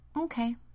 Okay